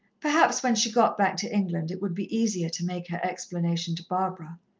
perhaps when she got back to england it would be easier to make her explanation to barbara.